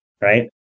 Right